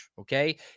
Okay